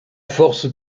force